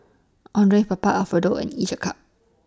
Andre Papa Alfredo and Each A Cup